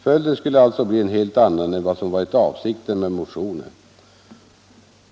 Följden skulle alltså bli en helt annan än vad som varit avsikten med motionen.